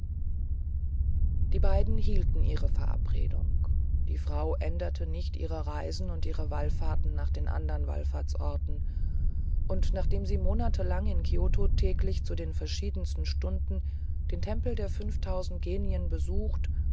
die beiden hielten ihre verabredung die frau änderte nicht ihre reisen und ihre wallfahrten nach den andern wallfahrtsorten und nachdem sie monatelang in kioto täglich zu den verschiedensten stunden den tempel der fünftausend genien besucht